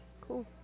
Cool